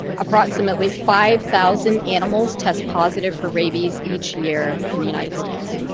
approximately five thousand animals test positive for rabies each year in the united states.